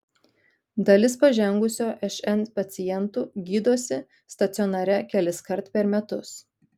dalis pažengusio šn pacientų gydosi stacionare keliskart per metus